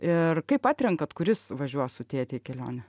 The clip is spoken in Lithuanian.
ir kaip atrenkat kuris važiuos su tėte į kelionę